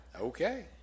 Okay